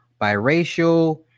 biracial